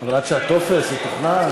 עד שהטופס יתוכנן.